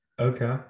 Okay